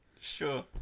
Sure